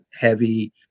heavy